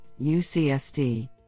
UCSD